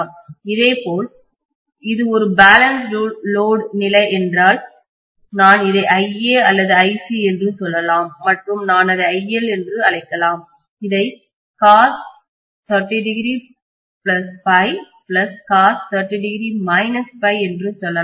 இதேபோல் இது ஒரு பேலன்ஸ் லோடு நிலை என்றால் நான் இதை iA அல்லது iC என்று சொல்லலாம் மற்றும் நான் அதை IL என்று அழைக்கலாம் இதை என்று சொல்லலாம்